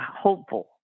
hopeful